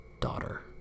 daughter